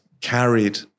carried